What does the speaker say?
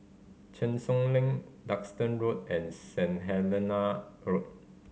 Cheng Soon Lane Duxton Road and Saint Helena Road